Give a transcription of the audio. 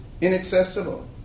Inaccessible